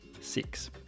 six